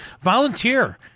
Volunteer